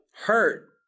hurt